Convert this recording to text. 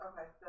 Okay